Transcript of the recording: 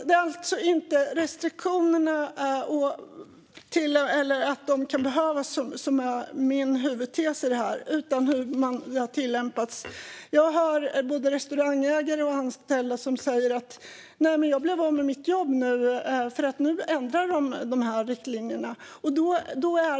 Det jag huvudsakligen vill komma åt handlar inte om huruvida restriktioner behövs utan om hur de tillämpas. Jag har talat med både restaurangägare och anställda som har sagt att de blivit av med jobb för att riktlinjerna plötsligt ändrats.